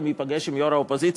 גם ייפגש עם יו"ר האופוזיציה,